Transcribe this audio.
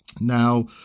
Now